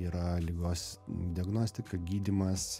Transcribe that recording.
yra ligos diagnostika gydymas